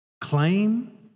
claim